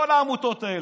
כל העמותות האלה.